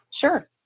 sure